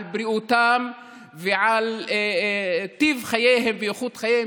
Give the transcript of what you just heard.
על בריאותם ועל טיב חייהם ואיכות חייהם